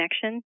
connection